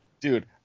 Dude